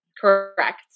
Correct